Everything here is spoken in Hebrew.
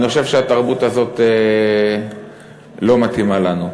אני חושב שהתרבות הזו לא מתאימה לנו.